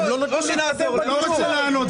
אבל אתם לא נותנים לו --- הוא לא רוצה לענות,